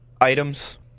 items